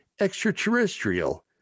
Extraterrestrial